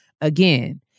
Again